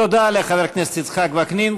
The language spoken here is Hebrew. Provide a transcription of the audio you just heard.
תודה לחבר הכנסת יצחק וקנין.